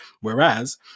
Whereas